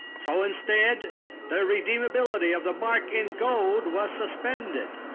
so instead the redeemability of the mark in gold was suspended.